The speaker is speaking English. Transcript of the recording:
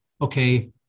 okay